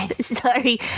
Sorry